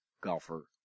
golfer